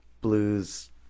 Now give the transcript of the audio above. blues